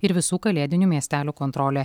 ir visų kalėdinių miestelių kontrolė